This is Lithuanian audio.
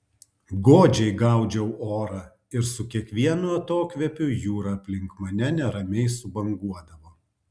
godžiai gaudžiau orą ir su kiekvienu atokvėpiu jūra aplink mane neramiai subanguodavo